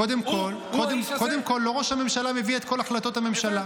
קודם כול לא ראש הממשלה מביא את כל החלטות הממשלה.